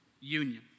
union